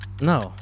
No